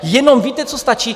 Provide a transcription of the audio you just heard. Jenom víte, co stačí?